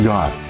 God